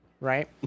right